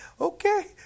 Okay